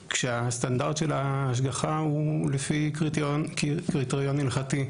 כשהסטנדרט של ההשגחה הוא לפי קריטריון הלכתי.